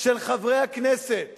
של חברי הכנסת